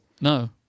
No